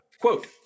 Quote